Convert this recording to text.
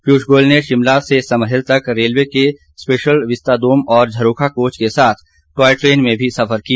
पीयूष गोयल ने शिमला से समरहिल तक रेलवे के स्पेशल विस्ताडोम और झरोखा कोच के साथ टॉय ट्रेन में भी सफर किया